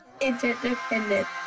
Interdependent